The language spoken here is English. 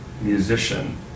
musician